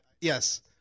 Yes